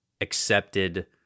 accepted